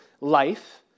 life